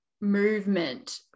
movement